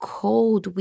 cold